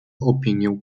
opinię